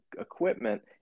equipment